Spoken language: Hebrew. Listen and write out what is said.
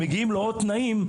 שמגיעים לו עוד תנאים,